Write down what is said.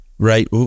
Right